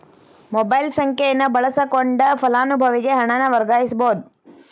mobile ಸಂಖ್ಯೆಯನ್ನ ಬಳಸಕೊಂಡ ಫಲಾನುಭವಿಗೆ ಹಣನ ವರ್ಗಾಯಿಸಬೋದ್